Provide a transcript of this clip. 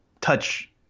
touch